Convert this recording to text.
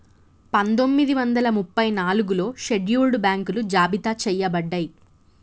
పందొమ్మిది వందల ముప్పై నాలుగులో షెడ్యూల్డ్ బ్యాంకులు జాబితా చెయ్యబడ్డయ్